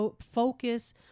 focus